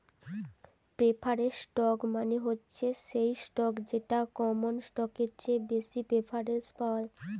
preferred stock মানে হচ্ছে সেই স্টক যেটা কমন স্টকের চেয়ে বেশি প্রেফারেন্স পায়